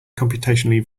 computationally